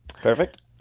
Perfect